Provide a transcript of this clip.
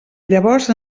llavors